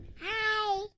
Hi